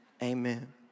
Amen